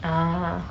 ah